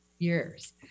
years